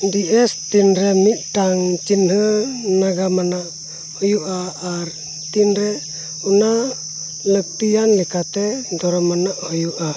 ᱵᱤᱫᱮᱥ ᱛᱤᱱᱨᱮ ᱢᱤᱫᱴᱟᱱ ᱪᱤᱱᱦᱟᱹ ᱱᱟᱜᱟᱢ ᱟᱱᱟᱜ ᱦᱩᱭᱩᱜᱼᱟ ᱟᱨ ᱛᱤᱱᱨᱮ ᱚᱱᱟ ᱞᱟᱹᱠᱛᱤᱭᱟᱱ ᱞᱮᱠᱟᱛᱮ ᱫᱷᱚᱨᱚᱢ ᱟᱱᱟᱜ ᱦᱩᱭᱩᱜᱼᱟ